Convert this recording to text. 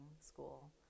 school